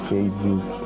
Facebook